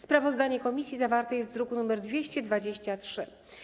Sprawozdanie komisji zawarte jest w druku nr 223.